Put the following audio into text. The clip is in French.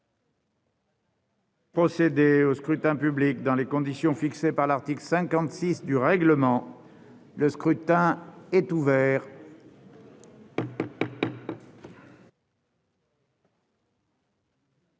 procédé au scrutin dans les conditions fixées par l'article 56 du règlement. Le scrutin est ouvert.